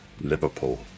Liverpool